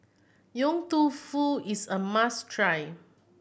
Yong Tau Foo is a must try